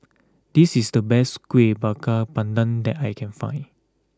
this is the best Kueh Bakar Pandan that I can find